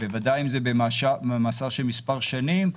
בוודאי אם זה במאסר של מספק שנים,